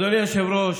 אדוני היושב-ראש,